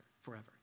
forever